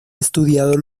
estudiado